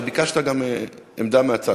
אתה ביקשת גם עמדה מהצד.